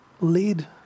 lead